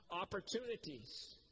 opportunities